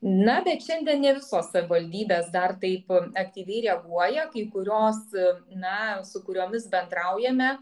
na bet šiandien ne visos savivaldybės dar taip aktyviai reaguoja kai kurios na su kuriomis bendraujame